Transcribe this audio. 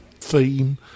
theme